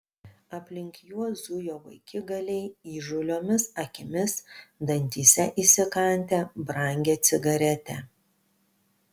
aplink juos zujo vaikigaliai įžūliomis akimis dantyse įsikandę brangią cigaretę